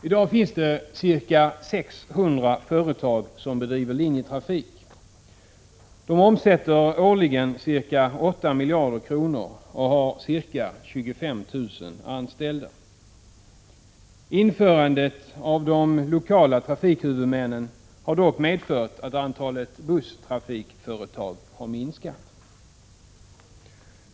I dag finns det ca 600 företag som bedriver linjetrafik. De omsätter årligen ca 8 miljarder kronor och har ca 25 000 anställda. Införandet av de lokala trafikhuvudmännen har dock medfört att antalet busstrafikföretag har minskat.